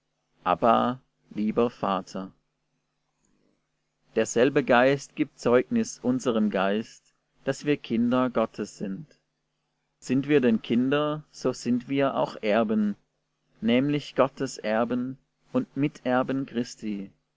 lieber vater derselbe geist gibt zeugnis unserem geist daß wir kinder gottes sind sind wir denn kinder so sind wir auch erben nämlich gottes erben und miterben christi